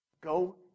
Go